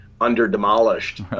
under-demolished